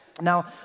Now